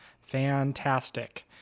fantastic